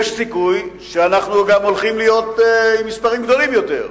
יש לנו סיכוי למספרים גדולים יותר.